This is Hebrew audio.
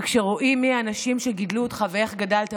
וכשרואים מי האנשים שגידלו אותך ואיך גדלת,